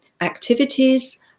activities